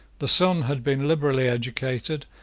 the son had been liberally educated,